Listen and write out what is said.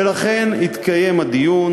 ולכן התקיים הדיון